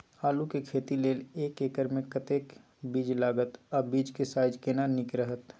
आलू के खेती लेल एक एकर मे कतेक बीज लागत आ बीज के साइज केना नीक रहत?